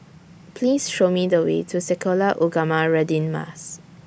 Please Show Me The Way to Sekolah Ugama Radin Mas